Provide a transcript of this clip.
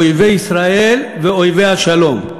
אויבי ישראל ואויבי השלום.